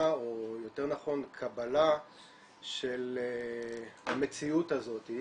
או יותר נכון קבלה של המציאות הזאת,